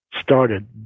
started